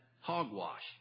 hogwash